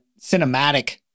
cinematic